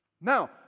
Now